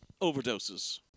overdoses